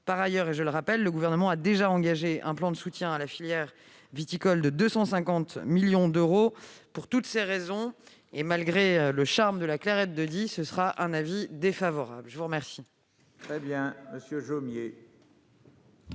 Par ailleurs, je rappelle que le Gouvernement a déjà engagé un plan de soutien à la filière viticole de 250 millions d'euros. Pour toutes ces raisons, et malgré le charme de la clairette de Die, l'avis est défavorable. La parole